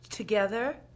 Together